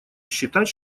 считать